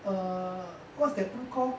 err what's that tool called